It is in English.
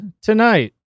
tonight